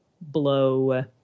blow